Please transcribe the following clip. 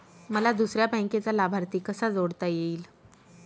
मला दुसऱ्या बँकेचा लाभार्थी कसा जोडता येईल?